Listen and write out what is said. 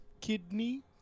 kidney